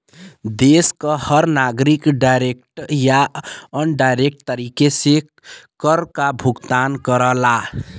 देश क हर नागरिक डायरेक्ट या इनडायरेक्ट तरीके से कर काभुगतान करला